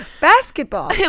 basketball